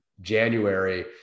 January